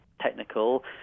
technical